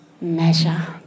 measure